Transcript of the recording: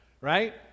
right